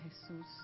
Jesús